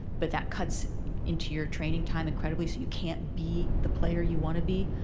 but that cuts into your training time incredibly so you can't be the player you want to be.